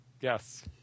Yes